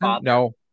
No